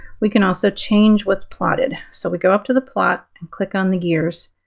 we can also change what's plotted. so we go up to the plot and click on the gears.